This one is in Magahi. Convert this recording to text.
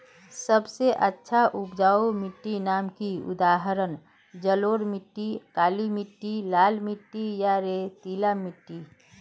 सबसे अच्छा उपजाऊ माटिर नाम की उदाहरण जलोढ़ मिट्टी, काली मिटटी, लाल मिटटी या रेतीला मिट्टी?